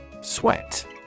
Sweat